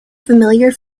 familiar